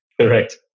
Correct